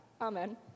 Amen